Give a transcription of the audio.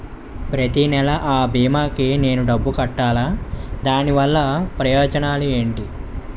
ప్రతినెల అ భీమా కి నేను డబ్బు కట్టాలా? దీనివల్ల ప్రయోజనాలు ఎంటి?